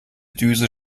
düse